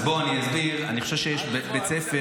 אז בואו אני אסביר: אני חושב שיש בית ספר